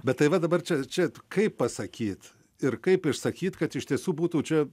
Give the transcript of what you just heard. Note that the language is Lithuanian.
bet tai va dabar čia čia kaip pasakyt ir kaip išsakyt kad iš tiesų būtų čia